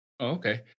Okay